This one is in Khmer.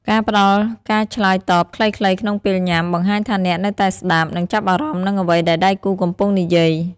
ការផ្ដល់ការឆ្លើយតបខ្លីៗក្នុងពេលញ៉ាំ បង្ហាញថាអ្នកនៅតែស្ដាប់ និងចាប់អារម្មណ៍នឹងអ្វីដែលដៃគូកំពុងនិយាយ។